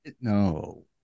no